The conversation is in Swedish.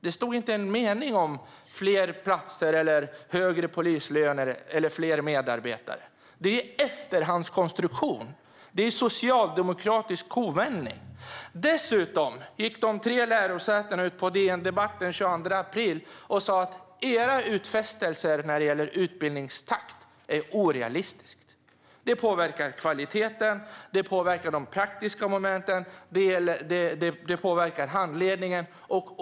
Det stod inte en mening om fler platser, högre polislöner eller fler medarbetare. Det är en efterhandskonstruktion. Det är socialdemokratisk kovändning. Dessutom gick de tre lärosätena ut på DN Debatt den 22 april och sa att regeringens utfästelser vad gäller utbildningstakt är orealistiska. Det påverkar kvaliteten, det påverkar de praktiska momenten och det påverkar handledningen.